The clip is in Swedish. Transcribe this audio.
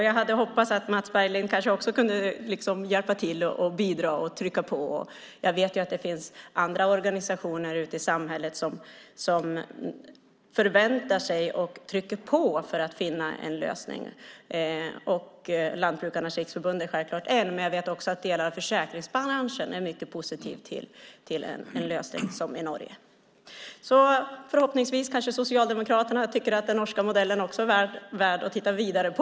Jag hade hoppats att Mats Berglind kanske också kunde hjälpa till och trycka på. Jag vet ju att det finns andra organisationer ute i samhället som förväntar sig och trycker på för att finna en lösning. Lantbrukarnas Riksförbund är självklart en, men jag vet också att delar av försäkringsbranschen är mycket positiv till en sådan lösning som i Norge. Förhoppningsvis kanske Socialdemokraterna också tycker att den norska modellen är värd att titta vidare på.